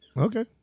Okay